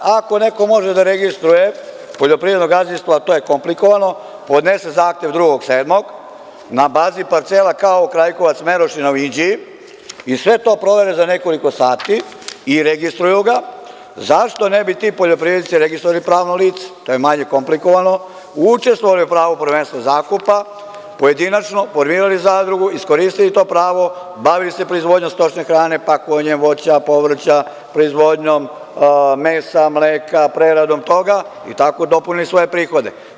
Ako neko može da registruje poljoprivredno gazdinstvo, a to je komplikovano, podnese zahtev 2. jula na bazi parcela, kao Krajkovac Merošina u Inđiji, i sve to provere za nekoliko sati i registruje ga, zašto ne bi ti poljoprivrednici registrovali pravno lice, što je manje komplikovan, učestvovali u pravu prvenstva zakupa, pojedinačno formirali zadrugu, iskoristili to pravo, bavili se proizvodnjom stočne hrane, pakovanjem voća, povrća, proizvodnjom mesa, mleka, preradom toga i tako dopunili svoje prihode?